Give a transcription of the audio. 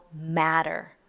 matter